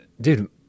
Dude